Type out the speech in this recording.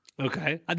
Okay